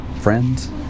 friends